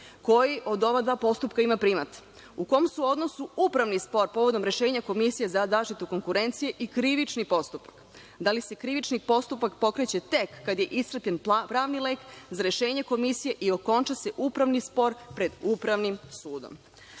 Koji od ova dva postupka ima primat?U kom su odnosu upravni spor povodom rešenja Komisije za zaštitu konkurencije i krivični postupak? Da li se krivični postupak pokreće tek pošto je ispraćen pravni lek za rešenje komisije i okonča se upravni spor pred upravnim sudom? Ne